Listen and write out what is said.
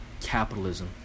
capitalism